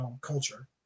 culture